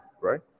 right